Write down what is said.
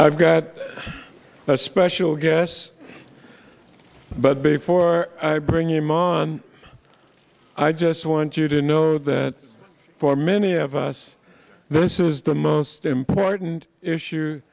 i've got a special guest but before i bring him on i just want you to know that for many of us this is the most important issue